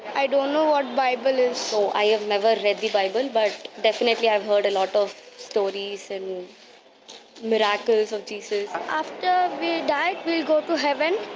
i don't know what bible is. so i have never read the bible, but definitely i have heard a lot of stories and miracles of jesus. after we die, we go to heaven.